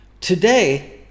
Today